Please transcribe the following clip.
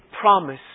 promise